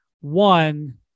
one